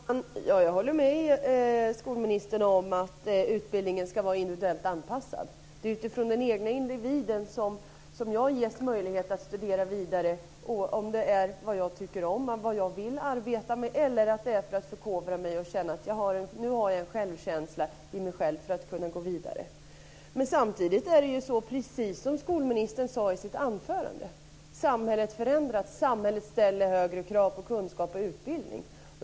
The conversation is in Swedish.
Herr talman! Jag håller med skolministern om att utbildningen ska vara individuellt anpassad. Det är ju utifrån den egna individen som man ges möjlighet att studera vidare - när det gäller det som man tycker om och vill arbeta med eller när man vill förkovra sig och känna att man har en självkänsla och på det sättet kunna gå vidare. Men samtidigt så förändras samhället, precis som skolministern sade i sitt anförande. Samhället ställer högre krav på kunskap och utbildning.